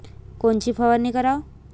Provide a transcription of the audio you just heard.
कोनची फवारणी कराव?